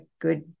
good